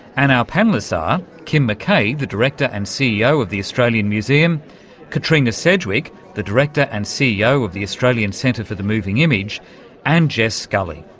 and our panellists are kim mckay, the director and ceo of the australian museum katrina sedgwick, the director and ceo of the australian centre for the moving image and jess scully,